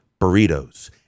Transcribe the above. burritos